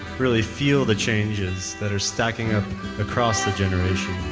really feel the changes that are stacking up across the generations.